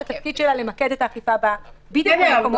למקד את האכיפה בדיוק במקומות האלה.